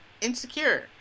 Insecure